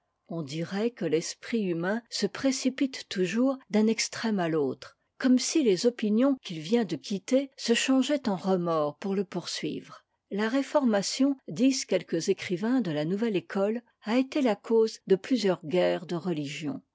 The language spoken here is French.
on dirait que l'esprit humain se précipite toujours d'un extrême à l'autre comme si les opinions qu'il vient de quitter se changeaient en remords pour le poursuivre la réformation disent quelques écrivains de la nouvelle écote a été la cause de plusieurs guerres de religion